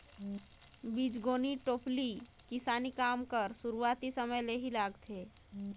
बीजगोनी टोपली किसानी काम कर सुरूवाती समे ले ही लागथे